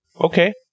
okay